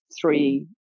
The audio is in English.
three